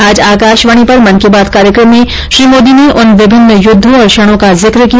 आज आकाशवाणी पर मन की बात कार्यक्रम में श्री मोदी ने उन विभिन्न युद्वों और क्षणों का जिक किया